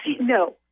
No